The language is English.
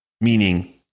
Meaning